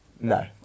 No